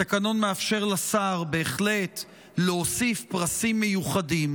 התקנון מאפשר לשר בהחלט להוסיף פרסים מיוחדים,